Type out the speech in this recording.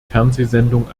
fernsehsendung